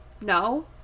no